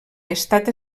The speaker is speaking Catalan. estat